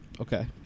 Okay